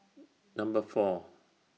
Number four